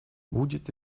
будет